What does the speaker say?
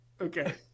okay